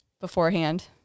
beforehand